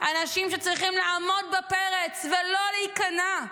אנשים שצריכים לעמוד בפרץ ולא להיכנע,